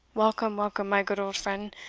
welcome, welcome, my good old friend,